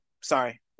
Sorry